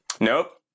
Nope